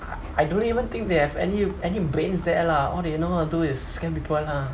I I don't even think they have any any brains there lah all they know how to do is scam people lah